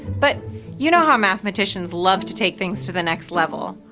but you know ah mathematicians love to take things to the next level.